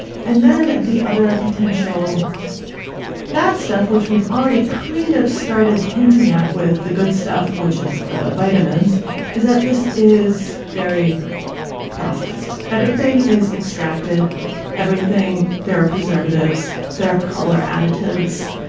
and then the other potential bad stuff which we've already kind of started hinting at with the good stuff which is the vitamins is that this is very processed. everything is extracted everything there are preservatives. there are color additives.